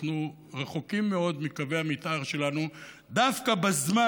אנחנו רחוקים מאוד מקווי המתאר שלנו דווקא בזמן